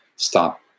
Stop